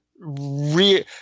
real